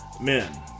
Men